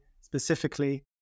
specifically